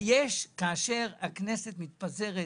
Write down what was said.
כאשר הכנסת מתפזרת,